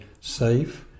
safe